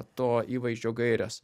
to įvaizdžio gaires